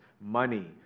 money